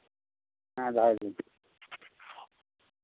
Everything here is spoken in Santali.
ᱦᱮᱸ ᱫᱚᱦᱚᱭ ᱫᱟᱹᱧ